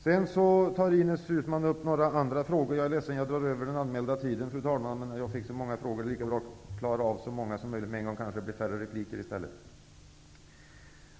Jag är ledsen att jag drar över den anmälda tiden, fru talman, men jag fick så många frågor. Det är lika bra att klara av så många som möjligt med en gång, så kanske det blir färre repliker i stället.